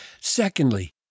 Secondly